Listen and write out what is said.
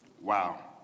Wow